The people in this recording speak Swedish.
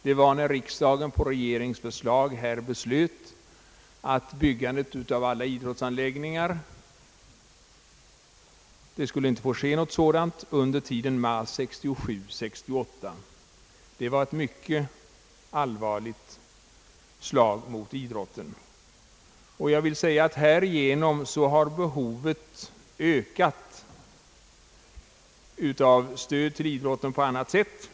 Det var när riksdagen på regeringens förslag beslöt att något byggande över huvud taget av idrottsanläggningar inte skulle få sättas i gång under tiden mars 1967—september 1968. Detta beslut var ett mycket allvarligt slag mot idrotten. Härigenom har behovet av stöd till idrotten på annat sätt ökat.